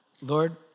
Lord